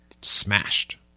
Smashed